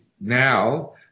now